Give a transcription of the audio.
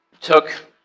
took